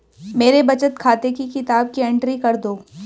मेरे बचत खाते की किताब की एंट्री कर दो?